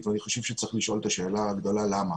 ואני חושב שצריך לשאול את השאלה הגדולה למה.